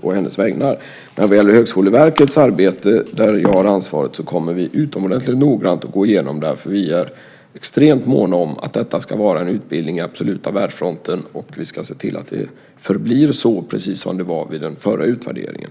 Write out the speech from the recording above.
å hennes vägnar. Men vad gäller Högskoleverkets arbete, där jag har ansvaret, så kommer vi utomordentligt noggrant att gå igenom det här, för vi är extremt måna om att detta ska vara en utbildning i den absoluta världsfronten, och vi ska se till att det förblir så, precis som det var vid den förra utvärderingen.